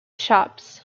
shops